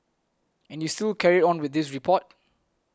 and you still carried on with this report